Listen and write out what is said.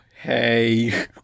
Hey